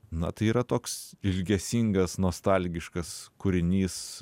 na tai yra toks ilgesingas nostalgiškas kūrinys